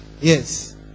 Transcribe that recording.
Yes